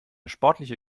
sportliche